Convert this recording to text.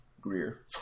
Greer